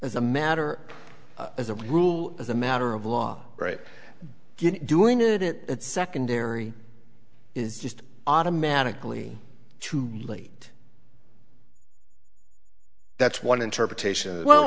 as a matter as a rule as a matter of law right in doing it at that secondary is just automatically too late that's one interpretation well